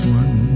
one